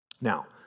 Now